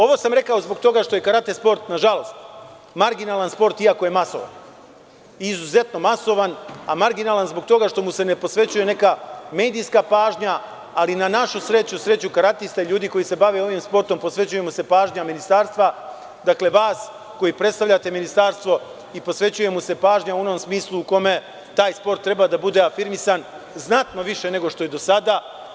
Ovo sam rekao zbog toga što je karate sport marginalan sport iako je masovan, izuzetno masovan, a marginalan zbog toga što mu se ne posvećuje neka medijska pažnja, ali na našu sreću, sreću karatista, ljudi koji se bave ovim sportom, posvećuje mu se pažnja ministarstva, vas koji predstavljate ministarstvo, i posvećuje mu se pažnja u onom smislu u kome taj sport treba da bude afirmisan, znatno više nego što je do sada.